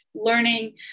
learning